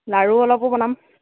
লাড়ু অলপো বনাম